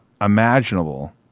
imaginable